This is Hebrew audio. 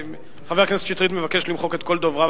חבר הכנסת שטרית מבקש למחוק את כל דובריו,